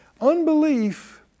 Unbelief